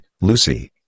Lucy